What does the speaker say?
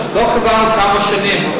לא קבענו כמה שנים,